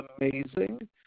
amazing